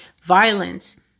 violence